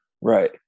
right